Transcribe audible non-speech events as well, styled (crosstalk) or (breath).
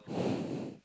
(breath)